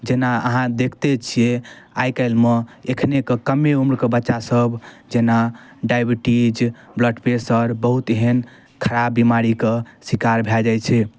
जेना अहाँ देखते छिए आइकाल्हिमे एखनेके कमे उम्रमे बच्चासभ जेना डाइबिटीज ब्लडप्रेशर बहुत एहन खराब बेमारीके शिकार भऽ जाइ छै